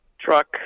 truck